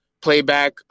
playback